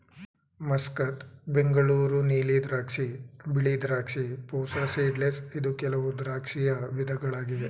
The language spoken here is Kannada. ಮಸ್ಕತ್, ಬೆಂಗಳೂರು ನೀಲಿ ದ್ರಾಕ್ಷಿ, ಬಿಳಿ ದ್ರಾಕ್ಷಿ, ಪೂಸಾ ಸೀಡ್ಲೆಸ್ ಇದು ಕೆಲವು ದ್ರಾಕ್ಷಿಯ ವಿಧಗಳಾಗಿವೆ